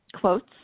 quotes